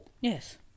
Yes